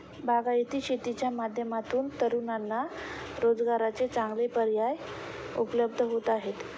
बागायती शेतीच्या माध्यमातून तरुणांना रोजगाराचे चांगले पर्याय उपलब्ध होत आहेत